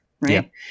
right